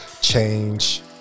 change